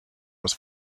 was